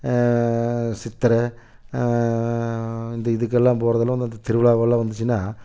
சித்திரை இந்த இதுக்கெல்லாம் போறது எல்லாம் வந்து திருவிழாவுலாம் வந்துச்சின்னா